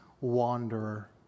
wanderer